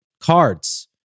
cards